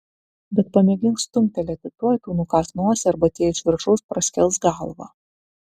bet pamėgink stumtelėti tuoj tau nukąs nosį arba tie iš viršaus praskels galvą